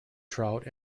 trout